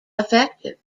effective